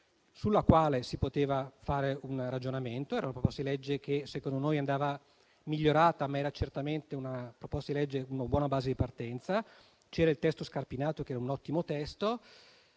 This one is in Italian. sulla quale si poteva fare un ragionamento. Era una proposta di legge che secondo noi andava migliorata, ma era certamente una buona base di partenza. C'era inoltre il testo Scarpinato, che era ottimo.